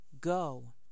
Go